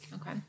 Okay